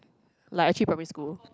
like actually primary school